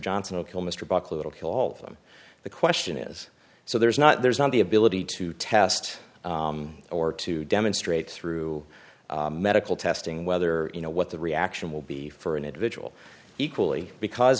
johnson and kill mr buckley it'll kill all of them the question is so there's not there's on the ability to test or to demonstrate through medical testing whether you know what the reaction will be for an individual equally because